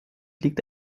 liegt